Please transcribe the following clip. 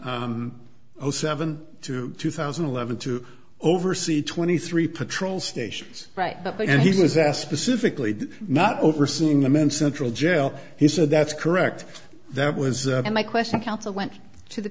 from seven to two thousand and eleven to oversee twenty three patrol stations right but he was asked specifically did not overseeing the men's central jail he said that's correct that was my question counsel went to the